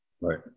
Right